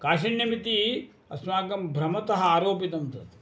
काठिन्यमिति अस्माकं भ्रमतः आरोपितं तत्